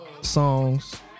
Songs